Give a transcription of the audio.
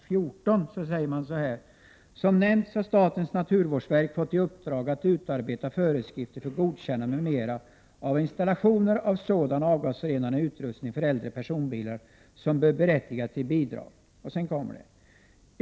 14i betänkandet uttalar: ”Som nämnts har statens naturvårdsverk fått i uppdrag att utarbeta föreskrifter för godkännande m.m. av installationer av sådan avgasrenande utrustning för äldre personbilar som bör berättiga till bidrag.